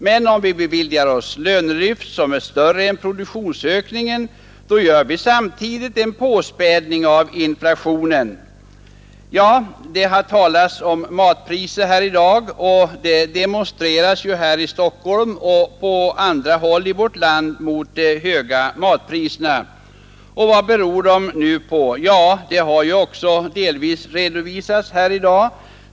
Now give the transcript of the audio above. Men om vi beviljar oss lönelyft som är större än produktionsökningen, späder vi samtidigt på inflationen. Det har talats om matpriser här i dag, och man demonstrerar i Stockholm och på andra håll i vårt land mot de höga livsmedelspriserna. Och vad beror de nu på? Det har delvis också redovisats här i dag.